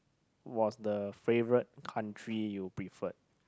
was the favourite country you preferred